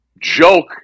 joke